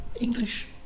english